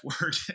word